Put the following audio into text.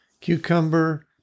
cucumber